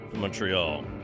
Montreal